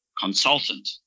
Consultant